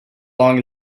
long